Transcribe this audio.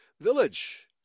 village